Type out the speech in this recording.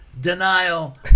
denial